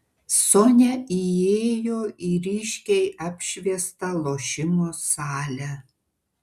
sonia įėjo į ryškiai apšviestą lošimo salę